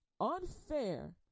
unfair